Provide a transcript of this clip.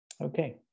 Okay